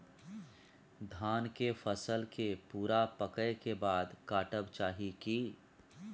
धान के फसल के पूरा पकै के बाद काटब चाही की?